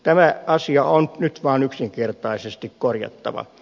tämä asia on nyt vaan yksinkertaisesti korjattava